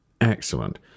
Excellent